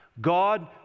God